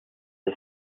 his